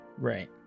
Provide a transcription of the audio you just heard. Right